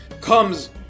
comes